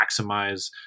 maximize